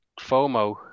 fomo